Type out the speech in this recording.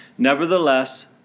Nevertheless